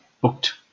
booked